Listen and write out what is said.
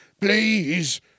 please